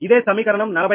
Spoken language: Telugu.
ఇదే సమీకరణం 44